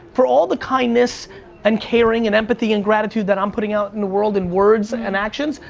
for all the kindness and caring and empathy and gratitude that i'm putting out in the world in words and actions,